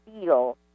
feel